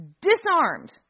disarmed